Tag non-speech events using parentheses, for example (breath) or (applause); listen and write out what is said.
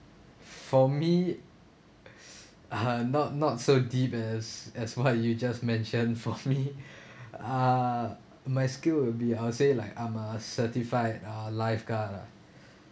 um for me (breath) uh not not so deep as as what you just mentioned for me (breath) uh my skill will be how to say like I'm a certified uh lifeguard lah